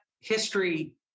history